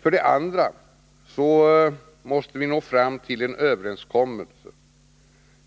För det andra måste vi nå fram till en överenskommelse